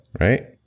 right